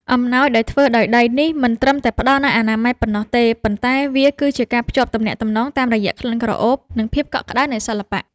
អំណោយដែលធ្វើដោយដៃនេះ មិនត្រឹមតែផ្តល់នូវអនាម័យប៉ុណ្ណោះទេ ប៉ុន្តែវាគឺជាការភ្ជាប់ទំនាក់ទំនងតាមរយៈក្លិនក្រអូប និងភាពកក់ក្ដៅនៃសិល្បៈ។។